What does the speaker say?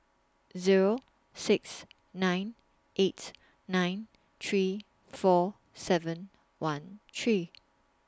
Zero six nine eight nine three four seven one three